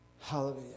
Hallelujah